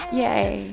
yay